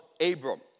Abram